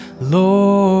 Lord